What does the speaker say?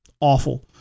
awful